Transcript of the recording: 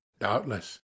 Doubtless